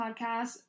podcast